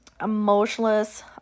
emotionless